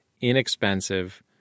inexpensive